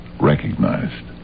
recognized